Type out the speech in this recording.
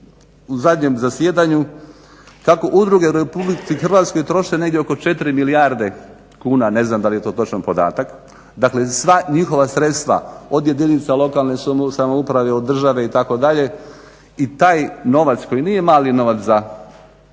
u zadnjem zasjedanju kako udruge u RH troše negdje oko 4 milijarde kuna, ne znam dal je to točan podatak, dakle sva njihova sredstva od jedinica lokalne samouprave, od države itd. i taj novac koji nije mali novac za